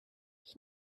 ich